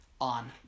On